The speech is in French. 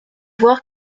voir